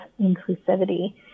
inclusivity